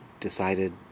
decided